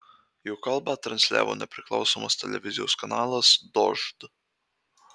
jo kalbą transliavo nepriklausomas televizijos kanalas dožd